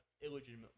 illegitimate